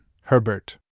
Herbert